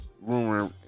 rumor